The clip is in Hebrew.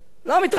לא מתרגש.